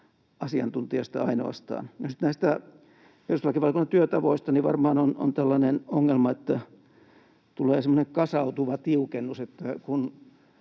asiantuntijasta. No sitten näistä perustuslakivaliokunnan työtavoista. Varmaan on tällainen ongelma, että tulee semmoinen kasautuva tiukennus, että kun